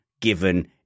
given